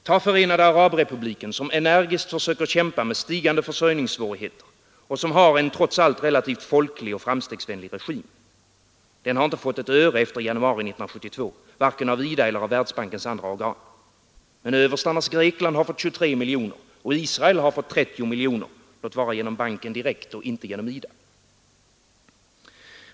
Ta Förenade arabrepubliken, som energiskt försöker kämpa med stigande försörjningssvårigheter och som har en trots allt relativt folklig och framstegsvänlig regim. Den har inte fått ett öre efter januari 1972 vare sig av IDA eller av Världsbankens andra organ. Men överstarnas Grekland har fått 23 miljoner och Israel har fått 30 miljoner — låt vara genom banken direkt och inte genom IDA.